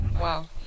Wow